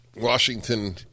Washington